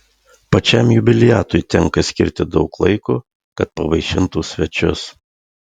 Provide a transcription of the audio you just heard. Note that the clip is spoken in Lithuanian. pačiam jubiliatui tenka skirti daug laiko kad pavaišintų svečius